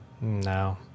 No